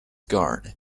guard